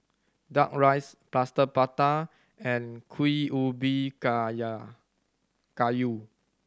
Duck Rice Plaster Prata and kuih ubi kayu